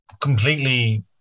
completely